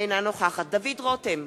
אינה נוכחת דוד רותם,